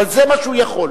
אבל זה מה שהוא יכול.